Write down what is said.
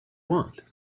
want